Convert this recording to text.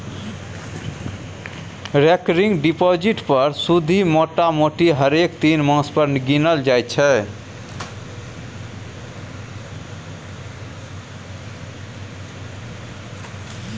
recurring deposit पर सुदि मोटामोटी हरेक तीन मास पर गिनल जाइ छै